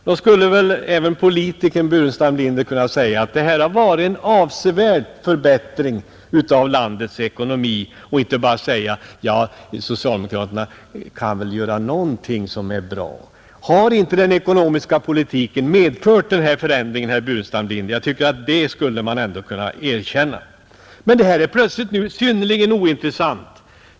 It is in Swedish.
Då skulle väl även politikern herr Burenstam Linder kunna säga att här har det skett en avsevärd förbättring av landets ekonomi, i stället för att säga: Ja, socialdemokraterna kan väl göra någonting som är bra, men inte mycket. Har inte den ekonomiska politiken medfört denna förändring, herr Burenstam Linder? Jag tycker att man ändå skulle kunna erkänna det. Men det här är plötsligt nu synnerligen ointressant.